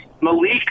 Malik